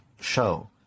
show